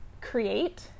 create